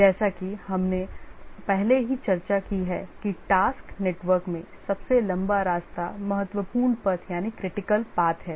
जैसा कि हमने पहले ही चर्चा की है कि टास्क नेटवर्क में सबसे लंबा रास्ता महत्वपूर्ण पथ यानी है